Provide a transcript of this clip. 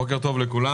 בוקר טוב לכולם,